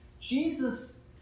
Jesus